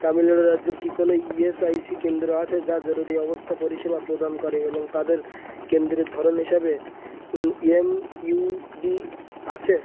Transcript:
তামিলনাড়ু রাজ্যের কি কোনো ইএসআইসি কেন্দ্র আছে যা জরুরি অবস্থা পরিষেবা প্রদান করে এবং তাদের কেন্দ্রের ধরন হিসাবে ই এম ইউ ডি আছে